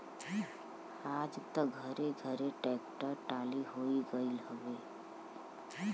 आज त घरे घरे ट्रेक्टर टाली होई गईल हउवे